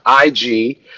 IG